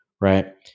right